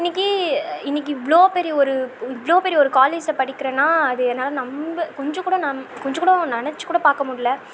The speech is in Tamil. இன்றைக்கி இன்றைக்கி இவ்வளோ பெரிய ஒரு இவ்வளோ பெரிய காலேஜில் படிக்குறேன்னா அது என்னால் நம்ப கொஞ்சம் கூட கொஞ்சம் கூட நினச்சிகூட பார்க்க முடில